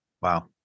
Wow